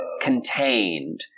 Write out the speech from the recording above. contained